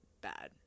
bad